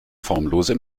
formlose